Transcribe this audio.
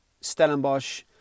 Stellenbosch